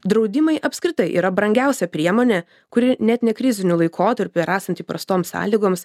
draudimai apskritai yra brangiausia priemonė kuri net nekriziniu laikotarpiu ir esant įprastoms sąlygoms